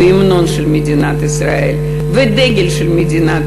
וההמנון של מדינת ישראל והדגל של מדינת